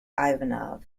ivanov